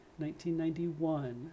1991